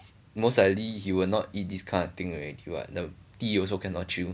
most likely he will not eat this kind of thing already what the teeth also cannot chew